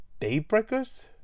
Daybreakers